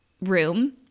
room